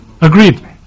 Agreed